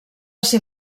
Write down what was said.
ser